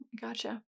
gotcha